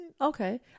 okay